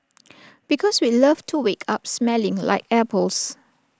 because we'd love to wake up smelling like apples